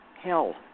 hell